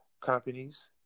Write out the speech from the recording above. companies